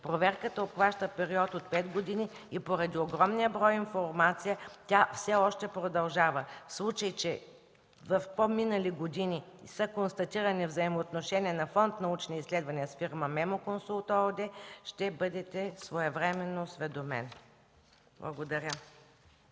Проверката обхваща период от пет години и поради огромния брой информация тя все още продължава. В случай че в по-минали години са констатирани взаимоотношения на Фонд „Научни изследвания” с фирма „Мемо консулт” ООД, ще бъдете своевременно осведомен. Благодаря.